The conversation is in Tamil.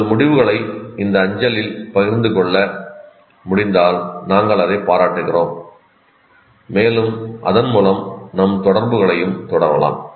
உங்கள் முடிவுகளை இந்த அஞ்சலில் பகிர்ந்து கொள்ள முடிந்தால் நாங்கள் அதைப் பாராட்டுகிறோம் மேலும் அதன் மூலம் நம் தொடர்புகளையும் தொடரலாம்